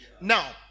now